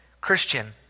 Christian